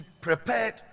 prepared